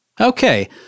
Okay